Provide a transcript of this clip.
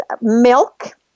milk